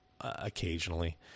occasionally